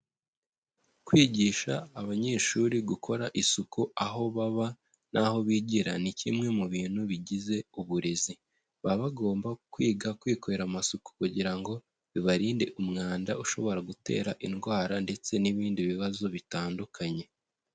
Kwigisha abanyeshuri gukora isuku aho baba n'aho bigira, ni kimwe mu bintu bigize uburezi, baba bagomba kwiga kwikorera amasuku kugira ngo bibarinde umwanda ushobora gutera indwara ndetse n'ibindi bibazo bitandukanye.